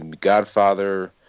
Godfather